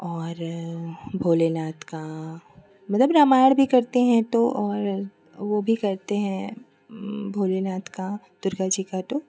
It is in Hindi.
और भोलेनाथ का मतलब रामायण भी करते हैं तो और वह भी करते हैं भोलेनाथ का दुर्गा जी का तो